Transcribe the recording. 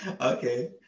Okay